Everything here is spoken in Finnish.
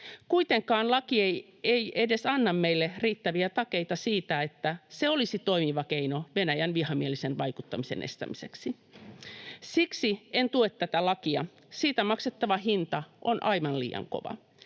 Kuitenkaan laki ei edes anna meille riittäviä takeita siitä, että se olisi toimiva keino Venäjän vihamielisen vaikuttamisen estämiseksi. Siksi en tue tätä lakia. Siitä maksettava hinta on aivan liian kova: